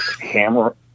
hammer